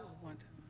one